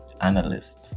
analyst